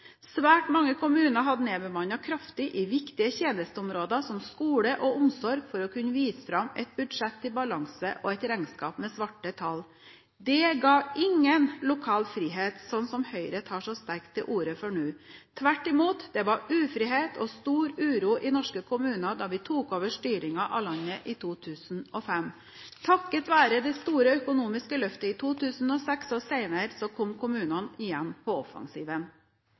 Svært mange kommuner hadde nedbemannet kraftig i viktige tjenesteområder som skole og omsorg for å kunne vise fram et budsjett i balanse og et regnskap med svarte tall. Det ga ingen lokal frihet, slik som Høyre tar så sterkt til orde for nå. Tvert imot: Det var ufrihet og stor uro i norske kommuner da vi tok over styringen av landet i 2005. Takket være det store økonomiske løftet i 2006 og senere kom kommunene igjen på offensiven.